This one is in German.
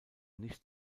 nicht